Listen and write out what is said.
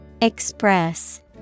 Express